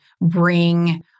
bring